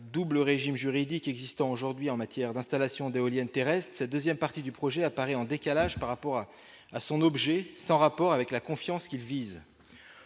double régime juridique existant aujourd'hui en matière d'installation d'éoliennes terrestres cette 2ème partie du projet apparaît en décalage par rapport à à son objet, sans rapport avec la confiance qu'ils visent,